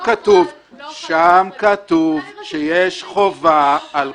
שם כתוב שיש חובה על